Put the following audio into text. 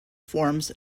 forms